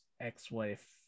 ex-wife